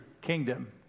kingdom